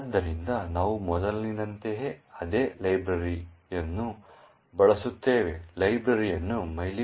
ಆದ್ದರಿಂದ ನಾವು ಮೊದಲಿನಂತೆಯೇ ಅದೇ ಲೈಬ್ರರಿಯನ್ನು ಬಳಸುತ್ತೇವೆ ಲೈಬ್ರರಿಯನ್ನು mylib